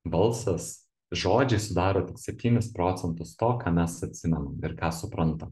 balsas žodžiai sudaro septynis procentus to ką mes atsimenam ir ką suprantam